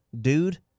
dude